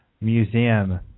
Museum